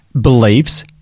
beliefs